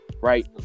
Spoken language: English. right